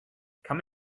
come